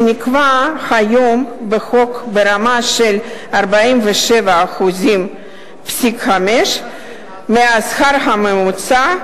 שנקבע היום בחוק ברמה של 47.5% מהשכר הממוצע,